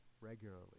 regularly